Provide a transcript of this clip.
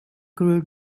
grew